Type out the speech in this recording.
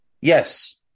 Yes